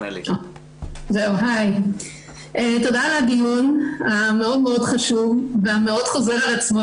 תודה על הדיון המאוד מאוד חשוב והמאוד חוזר על עצמו,